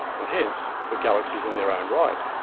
and hence were galaxies in their own right.